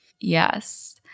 Yes